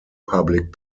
public